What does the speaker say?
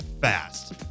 fast